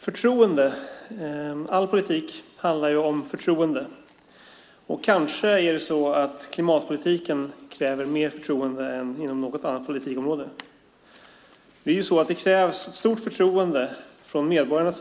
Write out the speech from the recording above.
Fru talman! All politik handlar om förtroende, och kanske kräver klimatpolitiken mer förtroende än något annat politikområde. Det krävs stort förtroende från medborgarna,